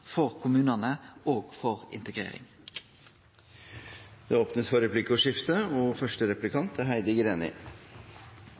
for kommunane og for integrering. Det blir replikkordskifte.